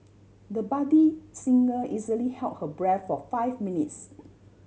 the budding singer easily held her breath for five minutes